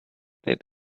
they